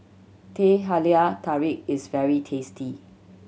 Teh Halia Tarik is very tasty